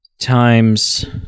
times